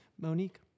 Monique